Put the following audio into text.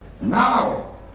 Now